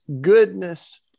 goodness